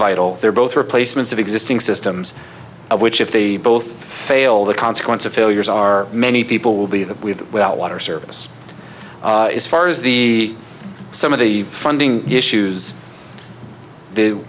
vital they're both replacements of existing systems which if they both fail the consequence of failures are many people will be that without water service as far as the some of the funding issues the